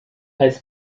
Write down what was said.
als